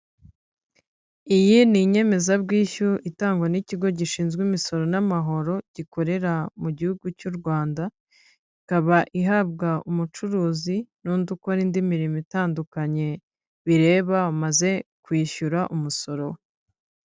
Iyi ni inyemezabwishyu itangwa n'ikigo gishinzwe imisoro n'amahoro, gikorera mu gihugu cy'u Rwanda, ikaba ihabwa umucuruzi n'undi ukora indi mirimo itandukanye bireba amaze kwishyura umusoro we.